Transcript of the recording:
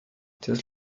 das